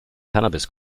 cannabis